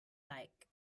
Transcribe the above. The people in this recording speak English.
like